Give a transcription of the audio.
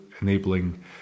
enabling